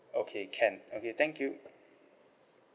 okay can okay thank you